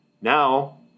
Now